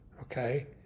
Okay